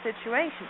situation